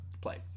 play